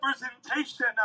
representation